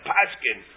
Paskin